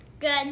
Good